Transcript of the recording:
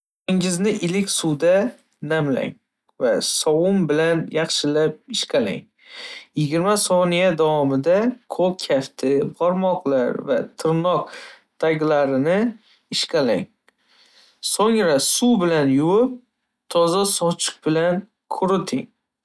iliq suvda namlang va sovun bilan yaxshilab ishqalang. Yigirma soniya davomida qo'l kafti, barmoqlar va tirnoq taglarini ishqalang, so'ngra suv bilan yuvib, toza sochiq bilan quriting.